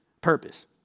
purpose